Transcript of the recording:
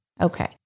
Okay